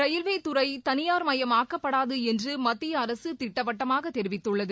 ரயில்வேத்துறை தனியார்மயமாக்கப்படாது என்று மத்திய அரசு திட்டவட்டமாக தெரிவித்துள்ளது